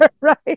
right